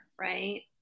right